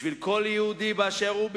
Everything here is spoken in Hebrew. בשביל כל יהודי באשר הוא,